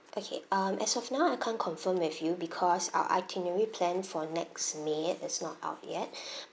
okay um as of now I can't confirm with you because our itinerary plan for next may is not out yet